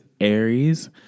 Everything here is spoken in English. aries